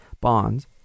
bonds